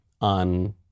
on